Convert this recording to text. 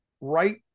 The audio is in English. right